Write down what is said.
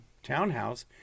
townhouse